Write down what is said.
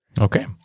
Okay